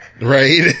Right